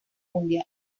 mundial